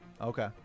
Okay